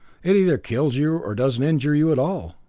it either kills you, or doesn't injure you at all.